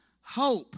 hope